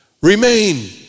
remain